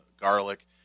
garlic